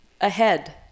ahead